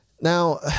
Now